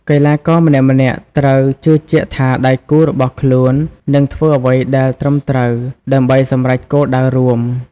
កីឡាករម្នាក់ៗត្រូវជឿជាក់ថាដៃគូរបស់ខ្លួននឹងធ្វើអ្វីដែលត្រឹមត្រូវ ដើម្បីសម្រេចគោលដៅរួម។